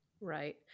Right